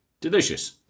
Delicious